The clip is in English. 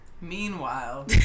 Meanwhile